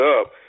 up